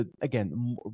again